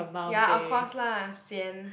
yea of course lah sian